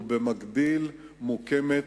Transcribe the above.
ובמקביל מוקמת,